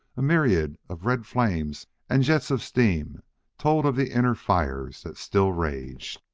a myriad of red flames and jets of steam told of the inner fires that still raged.